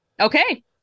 Okay